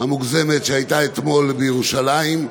המוגזמת שהייתה אתמול בירושלים,